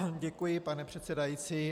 Děkuji, pane předsedající.